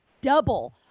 double